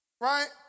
Right